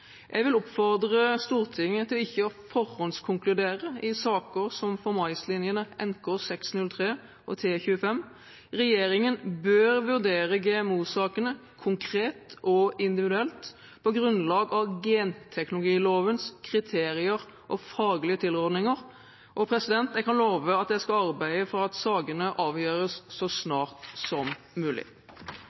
Jeg vil oppfordre Stortinget til ikke å forhåndskonkludere i saker som for maislinjene NK603 og T25. Regjeringen bør vurdere GMO-sakene konkret og individuelt, på grunnlag av genteknologilovens kriterier og faglige tilrådninger. Jeg kan love at jeg skal arbeide for at sakene avgjøres så snart som mulig.